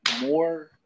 more